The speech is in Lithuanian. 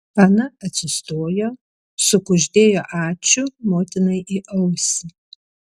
ana atsistojo sukuždėjo ačiū motinai į ausį